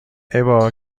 ابا